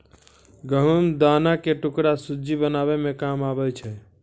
गहुँम दाना के टुकड़ा सुज्जी बनाबै मे काम आबै छै